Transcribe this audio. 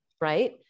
right